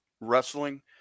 wrestling